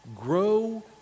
grow